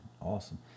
awesome